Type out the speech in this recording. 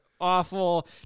awful